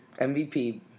MVP